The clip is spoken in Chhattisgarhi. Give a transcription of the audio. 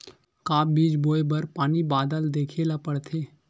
का बीज बोय बर पानी बादल देखेला पड़थे?